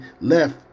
left